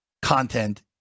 content